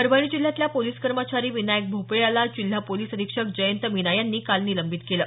परभणी जिल्ह्यातला पोलिस कर्मचारी विनायक भोपळे याला जिल्हा पोलिस अधीक्षक जयंत मीना यांनी काल निलंबित केलं